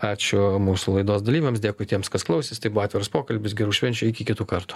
ačiū mūsų laidos dalyviams dėkui tiems kas klausėsi tai buvo atviras pokalbis gerų švenčių iki kitų kartų